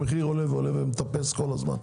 המחיר עולה ומטפס כל הזמן.